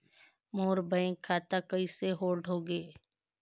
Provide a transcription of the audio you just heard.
मोर bank खाता कइसे hold होगे?